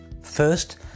first